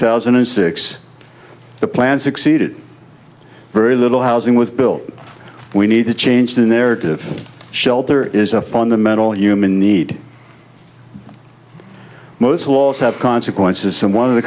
thousand and six the plan succeeded very little housing with built we need to change the narrative shelter is a fundamental human need most laws have consequences some one of the